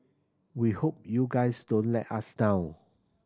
we hope you guys don't let us down